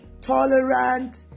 Tolerant